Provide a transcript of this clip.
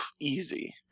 easy